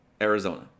Arizona